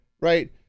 right